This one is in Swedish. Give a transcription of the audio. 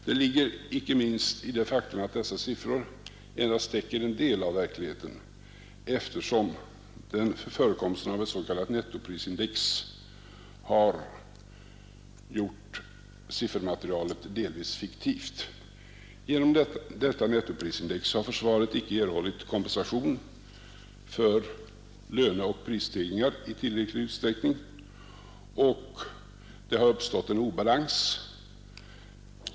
Det ligger inte minst i det faktum att dessa siffror endast täcker en del av verkligheten, eftersom förekomsten av ett s.k. nettoprisindex har gjort siffermaterialet delvis fiktivt. Genom detta nettoprisindex har försvaret icke erhållit kompensation för löneoch prisstegringar i tillräcklig utsträckning, och det har uppstått en obalans.